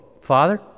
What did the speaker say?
Father